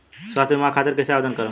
स्वास्थ्य बीमा खातिर कईसे आवेदन करम?